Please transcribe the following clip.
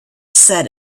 said